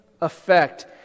effect